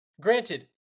granted